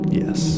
yes